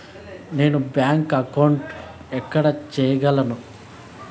నేను bank account ఎక్కడ సేయగలను